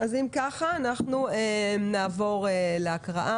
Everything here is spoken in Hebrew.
אם כך, אנחנו נעבור להקראה